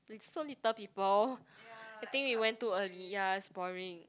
like so little people I think we went too early ya it's boring